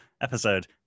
episode